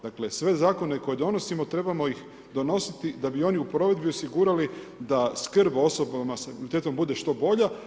Dakle sve zakone koje donosimo trebamo ih donositi da bi oni u provedbi osigurali da skrb osoba sa invaliditetom bude što bolja.